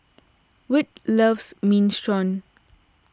Wirt loves Minestrone